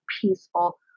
peaceful